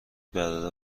برادر